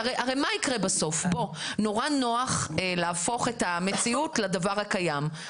מאוד נוח להפוך את המציאות לדבר הקיים.